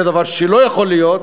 זה דבר שלא יכול להיות.